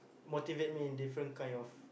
motivate me in different kind of